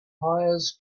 hires